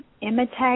imitate